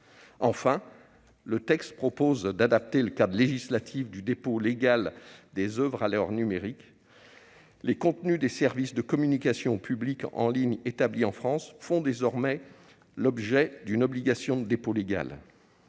Enfin, le texte prévoit d'adapter le cadre législatif du dépôt légal des oeuvres à l'ère numérique. Les contenus des services de communication au public en ligne établis en France font désormais l'objet d'une obligation de dépôt légal.